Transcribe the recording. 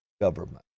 government